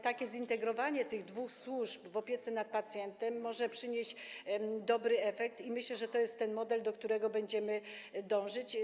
Takie zintegrowanie tych dwóch służb w ramach opieki nad pacjentem może przynieść dobry efekt i myślę, że to jest ten model, do którego realizacji będziemy dążyć.